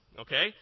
okay